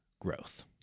growth